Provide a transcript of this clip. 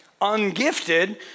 ungifted